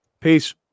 Peace